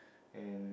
and